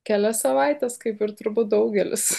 kelias savaites kaip ir turbūt daugelis